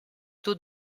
taux